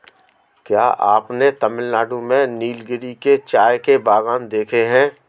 क्या आपने तमिलनाडु में नीलगिरी के चाय के बागान देखे हैं?